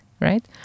right